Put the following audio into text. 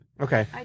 Okay